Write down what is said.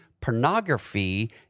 pornography